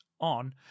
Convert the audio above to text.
on